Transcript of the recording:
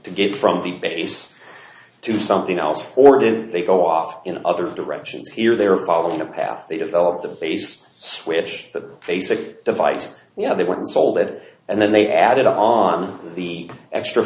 to get from the base to something else or did they go off in other directions here they're following a path they developed a base switch the basic device you know they weren't sold it and then they added on the extra